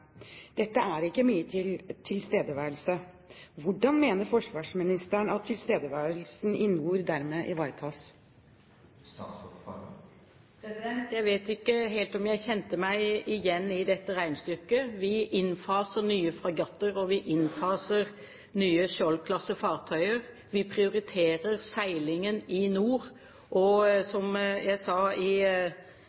Dette er ikke mye tilstedeværelse. Hvordan mener forsvarsministeren at tilstedeværelsen i nord dermed ivaretas? Jeg vet ikke helt om jeg kjente meg igjen i dette regnestykket. Vi innfaser nye fregatter, og vi innfaser nye fartøyer i Skjold-klassen. Vi prioriterer seilingen i nord, og